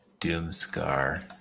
Doomscar